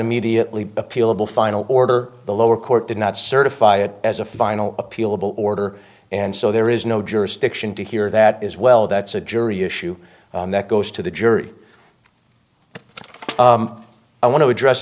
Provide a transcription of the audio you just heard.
immediately appealable final order the lower court did not certify it as a final appealable order and so there is no jurisdiction to hear that is well that's a jury issue that goes to the jury i want to address